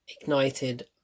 ignited